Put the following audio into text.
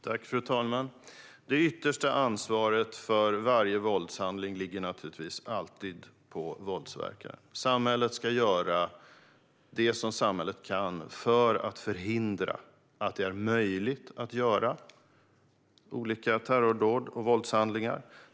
Fru talman! Det yttersta ansvaret för varje våldshandling ligger naturligtvis alltid på våldsverkaren. Samhället ska göra vad det kan för att förhindra att det är möjligt att begå terrordåd och våldshandlingar.